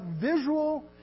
visual